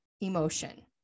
emotion